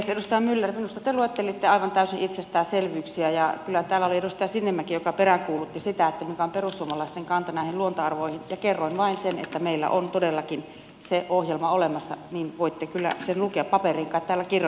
edustaja myller minusta te luettelitte aivan täysiä itsestäänselvyyksiä ja kyllähän täällä oli edustaja sinnemäki joka peräänkuulutti mikä on perussuomalaisten kanta näihin luontoarvoihin ja kerron vain sen että meillä on todellakin se ohjelma olemassa ja voitte kyllä sen lukea paperiin kai täällä kirjoitetaan eikä tuoheen